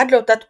עד לאותה תקופה,